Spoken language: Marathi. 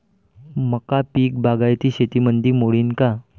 मका पीक बागायती शेतीमंदी मोडीन का?